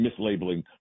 mislabeling